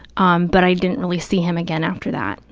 um but i didn't really see him again after that,